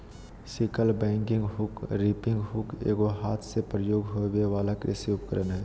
sickle bagging hook, reaping hook एगो हाथ से प्रयोग होबे वला कृषि उपकरण हइ